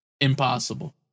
Impossible